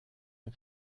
ein